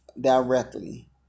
Directly